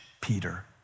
Peter